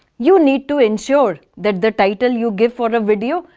you need to ensure that the title you give for a video,